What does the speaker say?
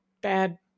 bad